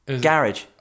garage